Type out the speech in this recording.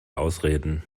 ausreden